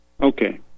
Okay